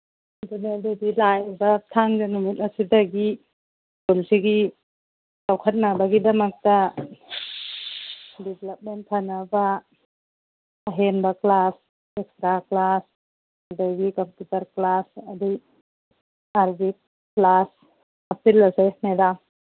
ꯑꯗꯨꯅ ꯑꯗꯨꯗꯤ ꯂꯥꯛꯏꯕ ꯊꯥꯡꯖ ꯅꯨꯃꯤꯠ ꯑꯁꯤꯗꯒꯤ ꯁ꯭ꯀꯨꯜꯁꯤꯒꯤ ꯆꯥꯎꯈꯠꯅꯕꯒꯤꯗꯃꯛꯇ ꯗꯤꯕ꯭ꯂꯞꯃꯦꯟ ꯐꯅꯕ ꯑꯍꯦꯟꯕ ꯀ꯭ꯂꯥꯁ ꯑꯦꯛꯁꯇ꯭ꯔꯥ ꯀ꯭ꯂꯥꯁ ꯑꯗꯒꯤ ꯀꯝꯄꯨꯇꯔ ꯀ꯭ꯂꯥꯁ ꯑꯗꯒꯤ ꯑꯥꯔꯚꯤꯛ ꯀ꯭ꯂꯥꯁ ꯍꯥꯞꯆꯤꯜꯂꯁꯦ ꯃꯦꯗꯥꯝ